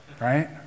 Right